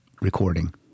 recording